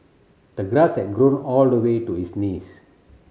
the grass has grown all the way to his knees